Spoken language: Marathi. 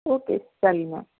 ओके चालेल मग